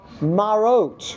marot